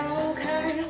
okay